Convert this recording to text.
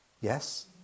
Yes